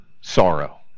sorrow